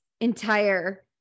entire